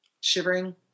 shivering